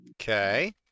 Okay